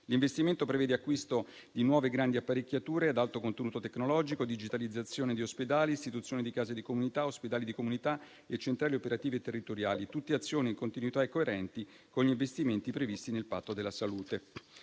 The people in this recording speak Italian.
L'investimento prevede l'acquisto di nuove e grandi apparecchiature ad alto contenuto tecnologico, digitalizzazione di ospedali, istituzione di case di comunità, ospedali di comunità e centrali operative e territoriali. Sono tutte azioni in continuità e coerenti con gli investimenti previsti nel Patto della salute.